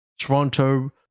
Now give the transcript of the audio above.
Toronto